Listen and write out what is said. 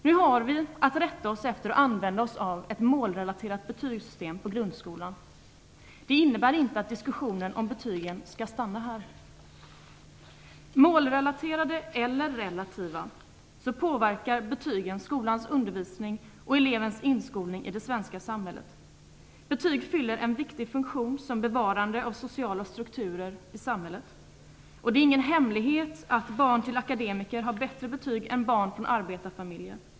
Nu har vi att rätta oss efter och använda oss av ett målrelaterat betygssystem i grundskolan. Det innebär inte att diskussionen om betygen skall stanna här. Målrelaterade eller relativa, så påverkar betygen skolans undervisning och elevens inskolning i det svenska samhället. Betyg fyller en viktig funktion som bevarare av sociala strukturer i samhället. Det är ingen hemlighet att barn till akademiker har bättre betyg än barn från arbetarfamiljer.